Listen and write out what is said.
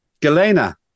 Galena